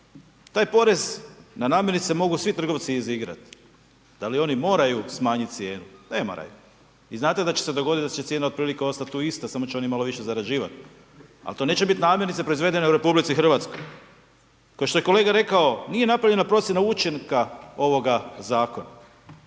taj porez na namirnice mogu svi trgovci izigrati. Da li oni moraju smanjiti cijenu? Ne moraju. I znate da će se dogoditi da će cijena otprilike ostati tu ista, samo će oni malo više zarađivati, al, to neće biti namirnice proizvedene u RH. Kao što je kolega rekao, nije napravljena procjena učinka ovoga Zakona,